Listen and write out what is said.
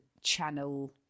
channel